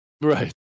Right